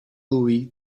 louie